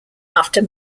after